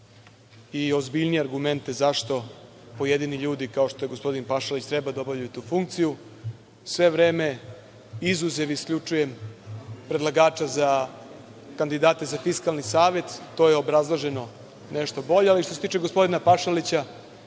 i ozbiljnije argumente zašto pojedini ljudi kao što je gospodin Pašalić, treba da obavljaju tu funkciju, sve vreme, izuzev, isključujem predlagača za kandidate za Fiskalni savet, to je obrazloženo nešto bolje. Ali, što se tiče gospodina Pašalića,